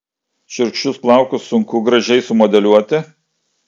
šiurkščius plaukus sunku gražiai sumodeliuoti